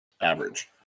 average